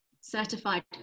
certified